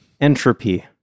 Entropy